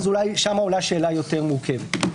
אולי שם עולה שאלה יותר מורכבת.